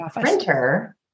printer